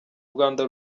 rwanda